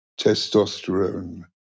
testosterone